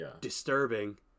disturbing